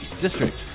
district